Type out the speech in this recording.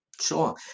Sure